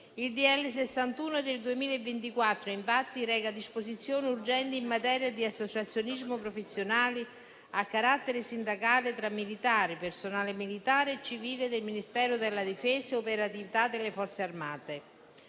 n. 61 del 2024, infatti, reca disposizioni urgenti in materia di associazioni professionali a carattere sindacale tra militari, personale militare e civile del Ministero della difesa e operatività delle Forze armate.